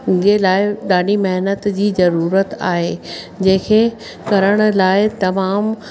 जे लाइ ॾाढी महिनत जी ज़रूरत आहे जंहिं खे करण लाइ तमामु